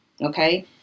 okay